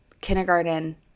Kindergarten